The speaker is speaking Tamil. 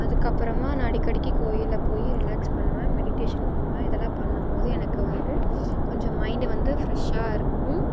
அதுக்கப்புறமா நான் அடிக்கடிக்கு கோயிலில் போய் ரிலாக்ஸ் பண்ணுவேன் மெடிடேஷன் பண்ணுவேன் இதெல்லாம் பண்ணும்போது எனக்கு வந்து கொஞ்சம் மைண்ட் வந்து ஃப்ரெஷாக இருக்கும்